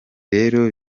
rero